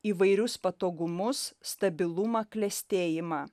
įvairius patogumus stabilumą klestėjimą